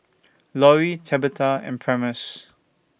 Lori Tabitha and Primus